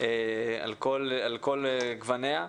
על כל גווניה.